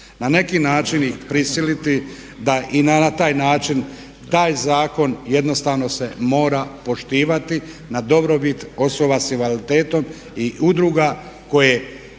Na neki način ih prisiliti da i na taj način taj zakon jednostavno se mora poštivati na dobrobit osoba s invaliditetom i udruga koje